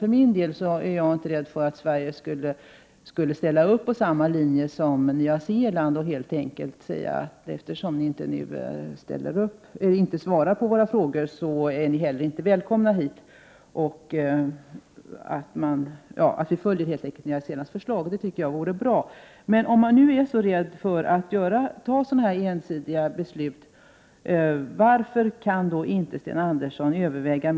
För min del är jag inte rädd för att Sverige skulle ställa upp på samma linje som Nya Zeeland och följa Nya Zeelands förslag. Vi skulle då helt enkelt säga att eftersom ni inte svarar på våra frågor är ni inte heller välkomna hit. Det tycker jag vore bra. Om man nu är så rädd för att ta sådana ensidiga beslut, varför kan då inte Sten Andersson överväga mitt förslag?